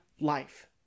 life